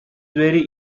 very